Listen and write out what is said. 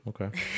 Okay